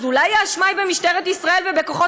אז אולי האשמה היא במשטרת ישראל ובכוחות